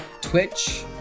Twitch